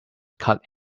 cut